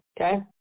Okay